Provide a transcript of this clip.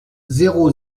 zéro